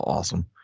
Awesome